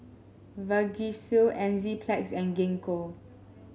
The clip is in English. Vagisil Enzyplex and Gingko